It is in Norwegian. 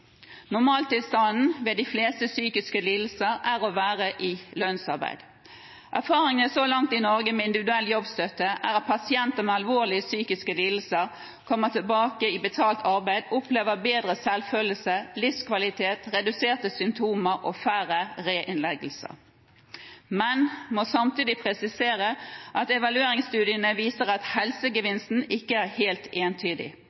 Normaltilstanden ved de fleste psykiske lidelser er å være i lønnsarbeid. Erfaringene så langt i Norge med individuell jobbstøtte er at pasienter med alvorlige psykiske lidelser som kommer tilbake i betalt arbeid, opplever bedret selvfølelse, livskvalitet, reduserte symptomer og færre reinnleggelser. Jeg må samtidig presisere at evalueringsstudiene viser at helsegevinsten ikke er helt entydig,